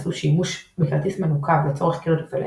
עשו שימוש בכרטיס מנוקב לצורך קלט ופלט,